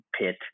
pit